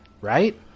right